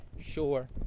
sure